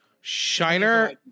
Shiner